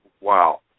wow